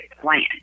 plan